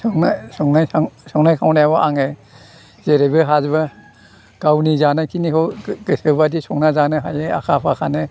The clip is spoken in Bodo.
संना संनाय सं संनाय खावनायाव आङो जेरैबो हाजोबो गावनि जानाय खिनिखौ गो गोसोबादि संना जानो हायो आखा फाखानो